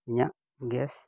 ᱤᱧᱟᱹᱜ ᱜᱮᱥ